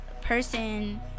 person